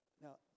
Now